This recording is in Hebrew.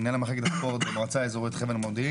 מנהל מחלקת הספורט בחבל מודיעין,